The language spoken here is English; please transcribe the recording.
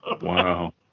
Wow